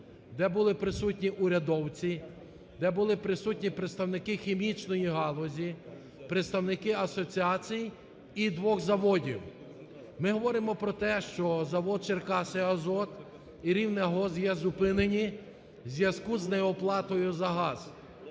де були присутні урядовці, де були присутні представники хімічної галузі, представники асоціацій і двох заводів. Ми говоримо про те, що завод (Черкаси) "Азот" і "Рівнеазот" є зупинені в зв'язку із неоплатою за газ.